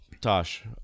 Tosh